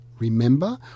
remember